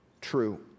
True